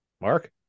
Mark